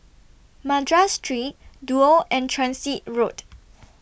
Madras Street Duo and Transit Road